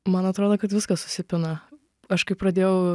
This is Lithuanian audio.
man atrodo kad viskas susipina aš kai pradėjau